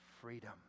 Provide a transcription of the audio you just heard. freedom